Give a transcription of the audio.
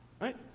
right